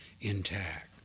intact